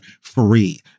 free